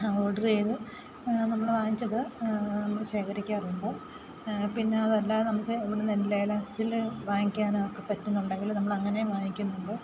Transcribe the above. order ചെയ്ത് നമ്മൾ വാങ്ങിച്ചൊക്കെ നമ്മൾ ശേഖരിക്കാറുണ്ട് പിന്നെ അതല്ലാതെ നമുക്ക് ഇവിടെ നിന്ന് ലേലത്തിൽ വാങ്ങിക്കാനൊക്കെ പറ്റുന്നുണ്ടെങ്കിൽ നമ്മൾ അങ്ങനെയും വാങ്ങിക്കുന്നുണ്ട്